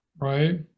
right